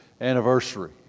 anniversary